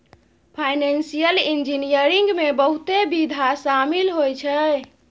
financial engineering में बहुते विधा शामिल होइ छै